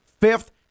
fifth